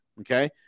Okay